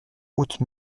hautes